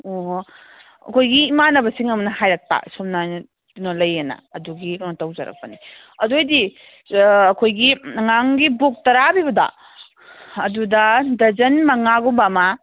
ꯑꯣ ꯑꯩꯈꯣꯏꯒꯤ ꯏꯃꯥꯟꯅꯕꯁꯤꯡ ꯑꯃꯅ ꯍꯥꯏꯔꯛꯄ ꯁꯨꯃꯥꯏꯅ ꯀꯩꯅꯣ ꯂꯩꯌꯦꯅ ꯑꯗꯨꯒꯤ ꯀꯩꯅꯣ ꯇꯧꯖꯔꯛꯄꯅꯦ ꯑꯗꯨ ꯑꯣꯏꯗꯤ ꯑꯩꯈꯣꯏꯒꯤ ꯑꯉꯥꯡꯒꯤ ꯕꯨꯛ ꯇꯔꯥ ꯄꯤꯕꯗꯣ ꯑꯗꯨꯗ ꯗꯖꯟ ꯃꯉꯥꯒꯨꯝꯕ ꯑꯃ